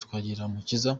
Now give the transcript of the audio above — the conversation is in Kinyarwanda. twagirumukiza